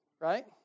Right